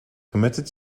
committed